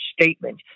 statement